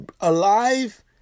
alive